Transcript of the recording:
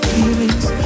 Feelings